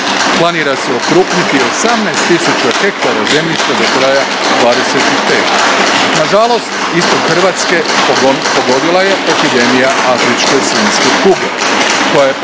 planira se okrupniti 18.000 ha zemljišta do kraja 2025. Nažalost, istok Hrvatske pogodila je epidemija afričke svinjske kuge,